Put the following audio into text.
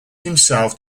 himself